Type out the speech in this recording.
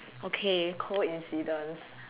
okay coincidence